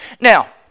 Now